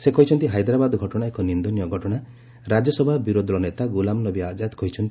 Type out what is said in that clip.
ସେ କହିଛନ୍ତି ହାଇଦ୍ରାବାଦ ଘଟଣା ଏକ ନିନ୍ଦନୀୟ ଘଟଣା ରାଜ୍ୟସଭା ବିରୋଧୀ ଦଳ ନେତା ଗୁଲାମନବୀ ଆଜାଦ୍ କହିଛନ୍ତି